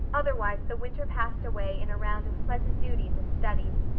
otherwise the winter passed away in a round of pleasant duties and studies.